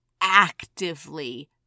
actively